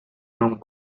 non